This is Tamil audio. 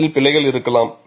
அதில் பிழைகள் இருக்கலாம்